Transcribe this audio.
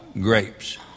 grapes